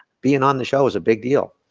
being on the show is a big deal.